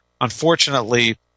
Unfortunately